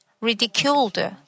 ridiculed